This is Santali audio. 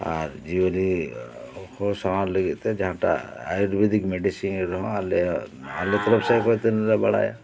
ᱟᱨ ᱡᱤᱭᱟᱹᱞᱤ ᱠᱚ ᱥᱟᱶᱭᱟᱨ ᱞᱟᱹᱜᱤᱫ ᱛᱮ ᱡᱟᱦᱟ ᱴᱟᱜ ᱟᱹᱭᱩᱨᱵᱤᱫᱤᱠ ᱢᱤᱰᱤᱥᱤᱱ ᱨᱮᱦᱚᱱ ᱟᱞᱮ ᱟᱞᱮ ᱛᱚᱨᱚᱵ ᱥᱮᱫ ᱠᱷᱚᱡ ᱫᱚᱞᱮ ᱵᱟᱲᱟᱭᱟ